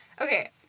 Okay